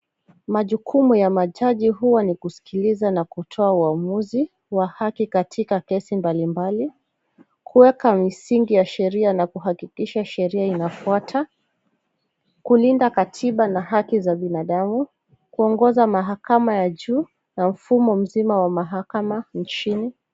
Majukumu ya majaji huwa ni kuskiliza na kutoa uamizi wa haki katika kesi mbalimbali, kuweka misingi ya sheria na kuhakikisha sheria inafuata, kulinda katiba na haki za binadamu, kuongoza mahakama ya juu na mfumo mzima wa mahakama nchini.